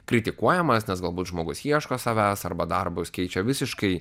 kritikuojamas nes galbūt žmogus ieško savęs arba darbus keičia visiškai